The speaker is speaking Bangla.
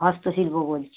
হস্তশিল্প বলছি